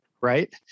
Right